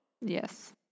Yes